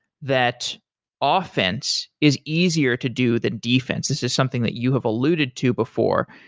that ah offense is easier to do than defense. this is something that you have alluded to before.